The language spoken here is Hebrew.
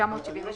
התשל"ג-1973